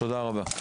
תודה רבה.